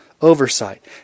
oversight